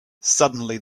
suddenly